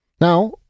Now